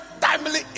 timely